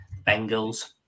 Bengals